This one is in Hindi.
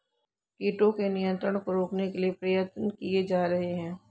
कीटों के नियंत्रण को रोकने के लिए प्रयत्न किये जा रहे हैं